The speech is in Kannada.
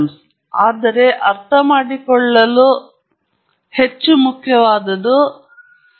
ಆದ್ದರಿಂದ ಕ್ರಿಯಾತ್ಮಕ ವ್ಯವಸ್ಥೆಗಳಿಗಾಗಿ ಕಥೆಯು ವಿಭಿನ್ನವಾಗಿದೆ ಆದರೆ ಬಾಟಮ್ ಲೈನ್ ಒಂದೇ ಆಗಿರುತ್ತದೆ